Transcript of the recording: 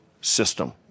system